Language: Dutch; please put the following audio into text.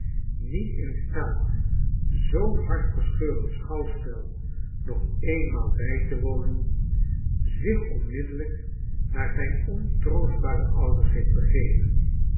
niet in staat zoo'n hartverscheurend schouwspel nog eenmaal bij te wonen zich onmiddellijk naar zijn ontroostbare ouders heeft begeven